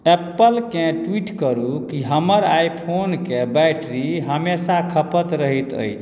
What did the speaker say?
Apple के tweet करू कि हमर आईफोन के बैटरी हमेशा खपत रहैत अछि